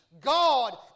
God